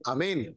Amen